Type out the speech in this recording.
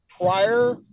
prior